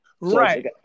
Right